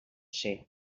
ser